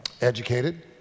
Educated